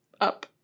Up